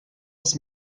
his